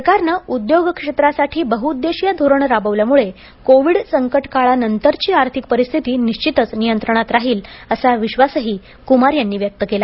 सरकारनं उद्योग क्षेत्रासाठी बहुउद्देशीय धोरण राबवल्यामुळे कोविड संकटकाळानंतरची आर्थिक परिस्थिती निश्वितच नियंत्रणात राहील असा विश्वासही कुमार यांनी व्यक्त केला